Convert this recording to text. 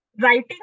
writing